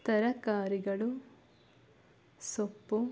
ತರಕಾರಿಗಳು ಸೊಪ್ಪು